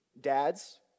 Dads